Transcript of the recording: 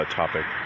topic